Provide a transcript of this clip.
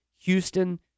Houston